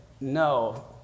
no